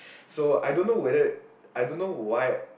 so I don't know whether I don't know why